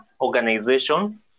organization